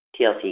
TLC